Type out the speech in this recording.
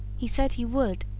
he said he would,